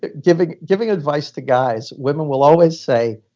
ah giving giving advice to guys, women will always say,